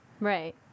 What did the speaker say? Right